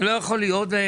זה לא יכול להיות.